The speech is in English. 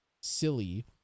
silly